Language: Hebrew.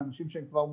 אנשים שהם כבר מוכרים,